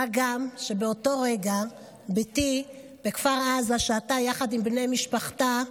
מה גם שבאותו רגע בתי שהתה בכפר עזה יחד עם בני משפחתה,